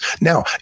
Now